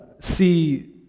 see